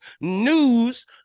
news